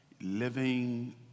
living